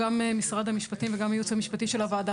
גם משרד המשפטים וגם הייעוץ המשפטי של הוועדה.